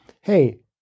Hey